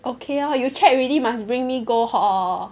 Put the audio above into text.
okay lor you check already must bring me go hor